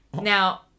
Now